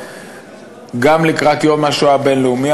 גם לקראת יום השואה הבין-לאומי,